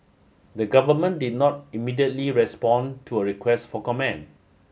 the government did not immediately respond to a request for comment